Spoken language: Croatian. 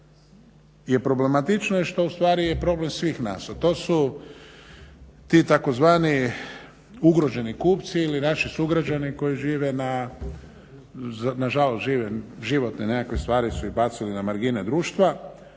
je problematično i što ustvari je problem svih nas a to su ti tzv. ugroženi kupci ili naši sugrađani koji žive na, na žalost žive, životne nekakve stvari su ih bacili na margine društva.